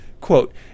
Quote